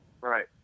right